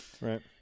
right